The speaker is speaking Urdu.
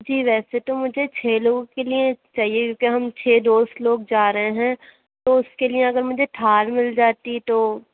جی ویسے تو مجھے چھ لوگوں کے لیے چاہیے کیونکہ ہم چھ دوست لوگ جا رہے ہیں تو اُس کے لیے اگر مجھے تھار مِل جاتی تو